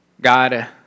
God